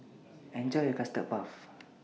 Enjoy your Custard Puff